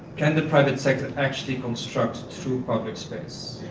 can the private sector actually construct to public space?